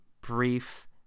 brief